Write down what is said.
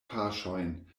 paŝojn